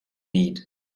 need